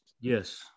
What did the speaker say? Yes